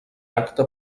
acte